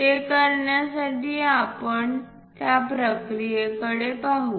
ते करण्यासाठी आपण या प्रक्रियेकडे पाहू